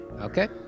Okay